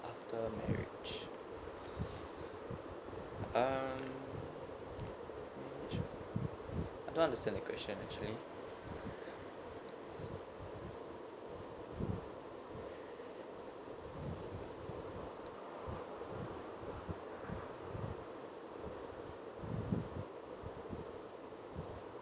after marriage mm I don't understand the question actually